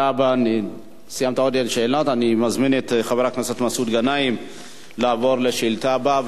אני מזמין את חבר הכנסת מסעוד גנאים לשאילתא הבאה.